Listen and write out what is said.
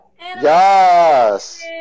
Yes